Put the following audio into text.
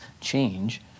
change